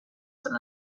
some